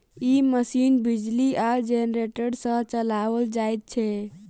ई machine बिजली आ generator सॅ चलाओल जाइत छै